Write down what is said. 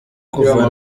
kuva